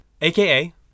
aka